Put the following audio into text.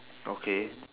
okay